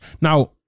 Now